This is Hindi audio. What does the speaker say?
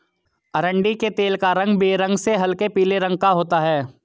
अरंडी के तेल का रंग बेरंग से हल्के पीले रंग का होता है